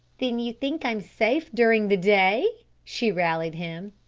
then you think i'm safe during the day? she rallied him.